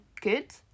good